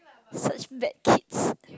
such bad kids